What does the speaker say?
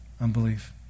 unbelief